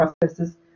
processes